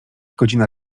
godzina